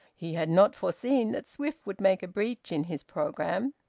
he had not foreseen that swift would make a breach in his programme,